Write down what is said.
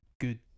good